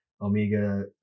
Omega